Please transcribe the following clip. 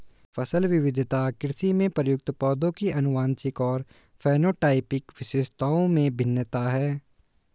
फसल विविधता कृषि में प्रयुक्त पौधों की आनुवंशिक और फेनोटाइपिक विशेषताओं में भिन्नता है